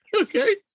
Okay